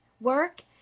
work